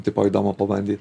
tipo įdomu pabandyt